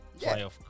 playoff